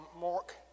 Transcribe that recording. Mark